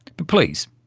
but please,